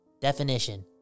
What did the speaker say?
Definition